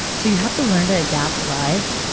so you have to learn to adapt live,